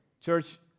church